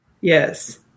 Yes